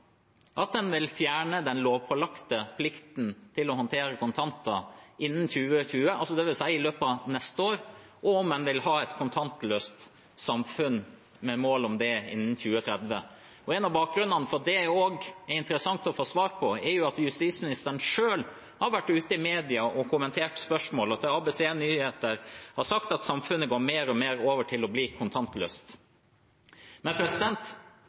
at en vil fjerne den lovpålagte plikten til å håndtere kontanter innen 2020, dvs. i løpet av neste år, og om en vil ha som mål et kontantløst samfunn innen 2030. En av bakgrunnene for at det også er interessant å få svar på, er jo at justisministeren selv har vært ute i media og kommentert spørsmålet, til ABC Nyheter, og sagt at samfunnet går mer og mer over til å bli kontantløst.